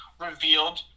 revealed